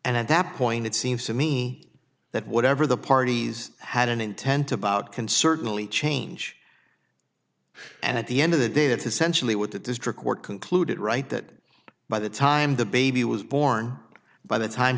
and at that point it seems to me that whatever the parties had an intent about can certainly change and at the end of the day that's essentially what the district court concluded right that by the time the baby was born by the time